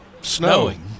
snowing